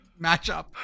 matchup